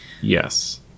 Yes